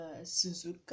Suzuka